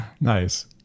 Nice